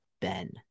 Ben